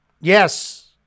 Yes